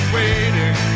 Waiting